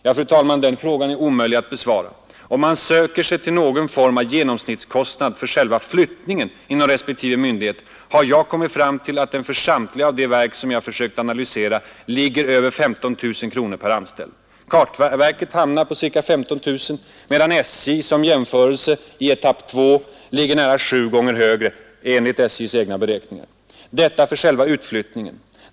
Ja, fru talman, den frågan är omöjlig att besvara. Om man söker sig till någon form av genomsnittskostnad för själva flyttningen inom respektive myndighet har jag kommit fram till att den för samtliga de verk som jag försökt analysera ligger över 15 000 kronor per anställd. Kartverket hamnar på ca 15 000, medan SJ som jämförelse i etapp 2 ligger nära sju gånger högre enligt SJ:s egna beräkningar. Detta för själva utflyttningen.